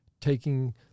taking